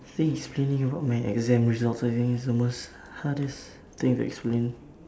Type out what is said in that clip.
think explaining about my exam results I think it's the most hardest thing to explain